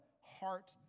heart